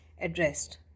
addressed